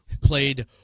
played